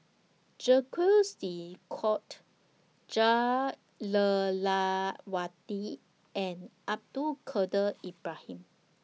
Jacques De Coutre Jah Lelawati and Abdul Kadir Ibrahim